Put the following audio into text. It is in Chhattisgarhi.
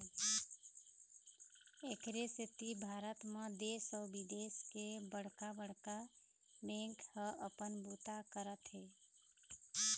एखरे सेती भारत म देश अउ बिदेश के बड़का बड़का बेंक ह अपन बूता करत हे